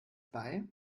bei